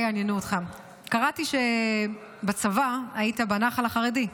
יעניינו אותך: קראתי שבצבא היית בנח"ל החרדי,